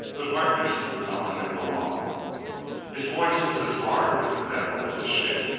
but harkness would not let him go on his voice was as hard as the metal of his ship.